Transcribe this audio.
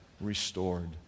restored